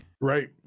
Right